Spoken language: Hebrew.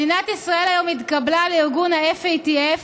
מדינת ישראל היום התקבלה לארגון FATF,